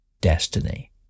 destiny